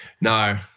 No